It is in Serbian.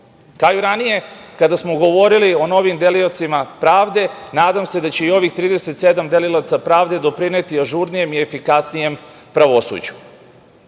i ranije kada smo govorili o onim deliocima pravde, nadam se da će i ovih 37 delilaca pravde doprineti ažurnijem i efikasnijem pravosuđu. Pre